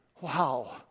wow